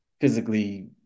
physically